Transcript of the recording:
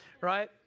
right